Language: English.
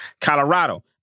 Colorado